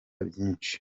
byinshi